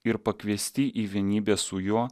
ir pakviesti į vienybę su juo